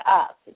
up